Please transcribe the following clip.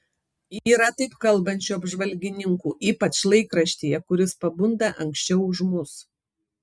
yra taip kalbančių apžvalgininkų ypač laikraštyje kuris pabunda anksčiau už mus